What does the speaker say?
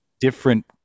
different